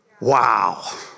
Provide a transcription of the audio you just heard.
Wow